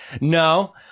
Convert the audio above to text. no